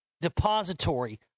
depository